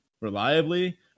reliably